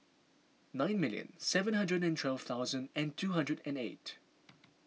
nine million seven hundred and twelve thousand and two hundred and eight